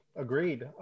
agreed